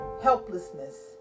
helplessness